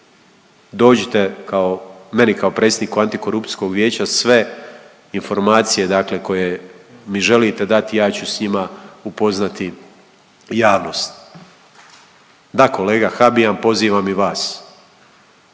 dođite kao, meni kao predsjedniku antikorupcijskog vijeća, sve informacije dakle koje mi želite dati ja ću s njima upoznati javnost. Da kolega Habijan pozivam i vas.